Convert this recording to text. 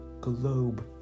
globe